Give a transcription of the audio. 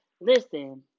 Listen